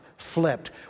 flipped